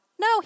No